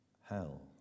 Hell